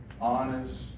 honest